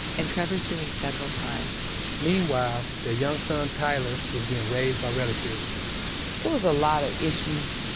and trevor's doing federal time meanwhile, their young son tyler was being raised by relatives it was a lot of issues